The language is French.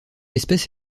espèce